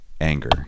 anger